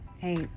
Hey